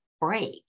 break